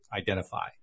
identify